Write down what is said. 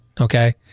Okay